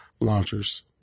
launchers